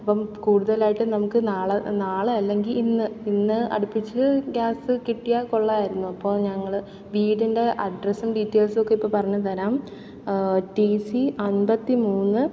അപ്പം കൂടുതലായിട്ട് നമുക്കു നാളെ നാളെ അല്ലെങ്കിൽ ഇന്ന് ഇന്ന് അടുപ്പിച്ച് ഗ്യാസ് കിട്ടിയാൽ കൊള്ളാമായിരുന്നു അപ്പോൾ ഞങ്ങൾ വീടിന്റെ അഡ്രസ്സും ഡീറ്റെയിൽസുമൊക്കെ ഇപ്പം പറഞ്ഞുതരാം ടീ സി അൻപത്തി മൂന്ന്